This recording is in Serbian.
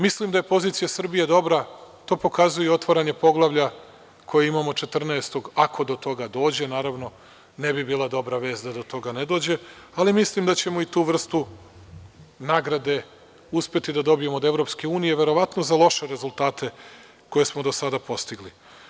Mislim da je pozicija Srbije dobra, to pokazuje otvaranje poglavlja koji imamo 14. ako do toga dođe naravno ne bi bila dobra vest da do toga ne dođe, ali mislim da ćemo i tu vrstu nagrade uspeti da dobijemo od EU, verovatno za loše rezultate koje smo do sada postigli.